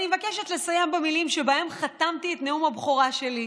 אני מבקשת לסיים במילים שבהן חתמתי את נאום הבכורה שלי,